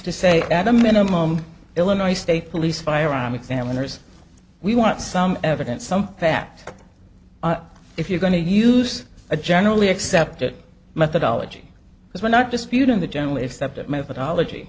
to say at a minimum illinois state police firearm examiners we want some evidence some fact if you're going to use a generally accepted methodology because we're not disputing the generally accepted methodology